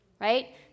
right